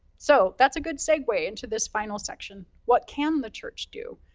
so that's a good segue into this final section. what can the church do,